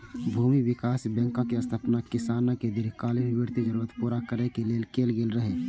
भूमि विकास बैंकक स्थापना किसानक दीर्घकालीन वित्तीय जरूरत पूरा करै लेल कैल गेल रहै